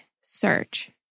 search